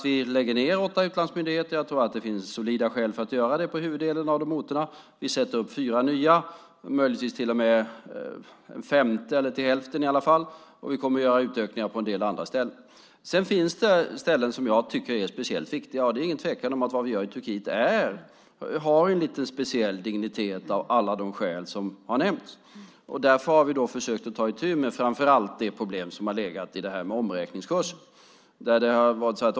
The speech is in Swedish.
Vi lägger ned åtta utlandsmyndigheter. Jag tror att det finns solida skäl för att göra det på huvuddelen av de orterna. Vi startar fyra nya och möjligtvis till och med en femte, eller i varje fall till hälften, och vi kommer att göra utökningar på en del andra ställen. Sedan finns det ställen som jag tycker är speciellt viktiga. Det är ingen tvekan om att det vi gör i Turkiet har en lite speciell dignitet av alla de skäl som har nämnts. Därför har vi försökt att ta itu med framför allt det problem som har legat i omräkningskursen.